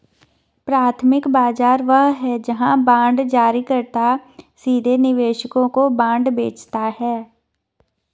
प्राथमिक बाजार वह है जहां बांड जारीकर्ता सीधे निवेशकों को बांड बेचता है